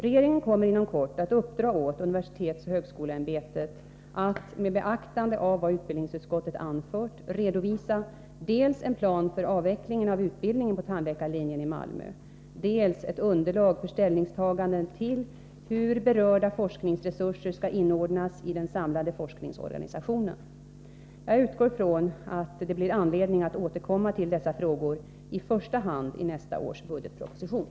Regeringen kommer inom kort att uppdra åt universitetsoch högskoleämbetet att, med beaktande av vad utbildningsutskottet anfört, redovisa dels en plan för avvecklingen av utbildningen på tandläkarlinjen i Malmö, dels ett underlag för ställningstaganden till hur berörda forskningsresurser skall inordnas i den samlade forskningsorganisationen. Jag utgår från att det blir anledning att återkomma till dessa frågor i första hand i nästa års budgetpropostion.